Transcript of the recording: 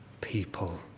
people